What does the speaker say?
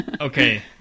Okay